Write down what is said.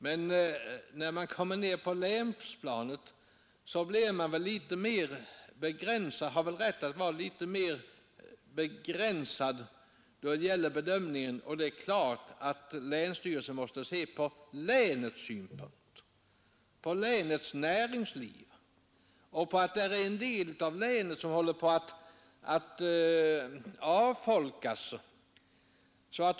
Men nere på länsplanet har man väl rätt att se litet mer begränsat på frågorna. Länsstyrelsen måste tänka på länets näringsliv och på att en del av länet håller på att avfolkas.